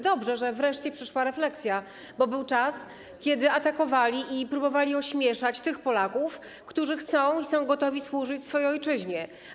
Dobrze, że wreszcie przyszła refleksja, bo był czas, kiedy atakowali i próbowali ośmieszać tych Polaków, którzy chcą i są gotowi służyć swojej ojczyźnie.